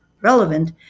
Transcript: relevant